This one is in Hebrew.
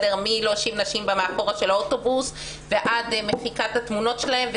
מזה שמושיבים נשים במושבים האחרונים באוטובוס ועד מחיקת התמונות שלהן.